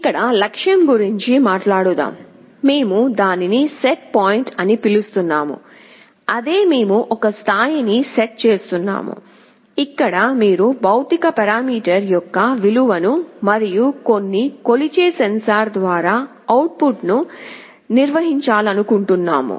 ఇక్కడ లక్ష్యం గురించి మాట్లాడుదాం మేము దానిని సెట్ పాయింట్ అని పిలుస్తున్నాము అదే మేము ఒక స్థాయిని సెట్ చేస్తున్నాము ఇక్కడ మీరు భౌతిక పారా మీటర్ యొక్క విలువను మరియు కొన్ని కొలిచే సెన్సార్ ద్వారా అవుట్పుట్ ను నిర్వహించాలనుకుంటున్నాము